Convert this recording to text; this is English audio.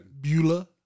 Beulah